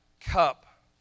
cup